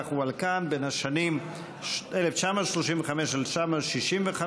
מזרח ובלקן בין השנים 1935 1965),